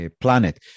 planet